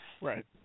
Right